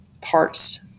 parts